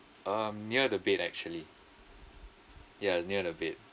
um near the bed actually ya it's near the bed